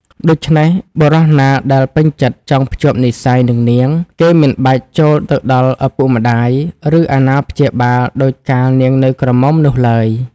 ដូច្នេះ បុរសណាដែលពេញចិត្តចង់ភ្ជាប់និស្ស័យនឹងនាង គេមិនបាច់ចូលទៅដល់ឪពុកម្ដាយ ឬអាណាព្យាបាលដូចកាលនាងនៅក្រមុំនោះឡើយ ។